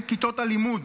כיתות הלימוד.